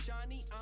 johnny